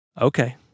Okay